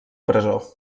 presó